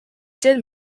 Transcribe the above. did